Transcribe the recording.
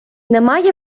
немає